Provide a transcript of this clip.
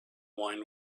wine